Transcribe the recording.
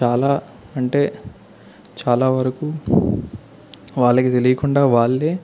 చాలా అంటే చాలావరకు వాళ్ళకి తెలియకుండా వాళ్ళే